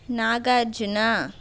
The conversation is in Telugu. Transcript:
నాగార్జున